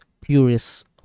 purest